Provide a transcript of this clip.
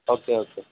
okay okay